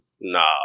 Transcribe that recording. Nah